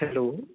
hello